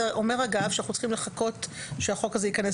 זה אומר אגב שאנחנו צריכים לחכות שהחוק הזה ייכנס